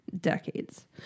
decades